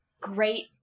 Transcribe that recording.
great